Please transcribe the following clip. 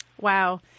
Wow